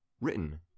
written